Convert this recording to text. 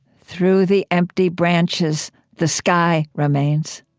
through the empty branches the sky remains.